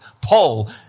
Paul